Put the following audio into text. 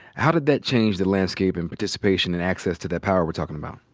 how did that change the landscape and participation and access to that power we're talkin' about?